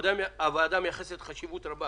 הוועדה מייחסת חשיבות רבה